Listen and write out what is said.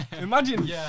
imagine